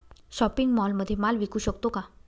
Shopping मॉलमध्ये माल विकू शकतो का?